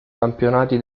campionati